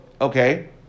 Okay